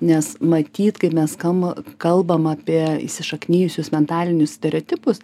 nes matyt kai mes kam kalbam apie įsišaknijusius mentalinius stereotipus